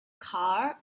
car